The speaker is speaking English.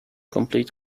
complete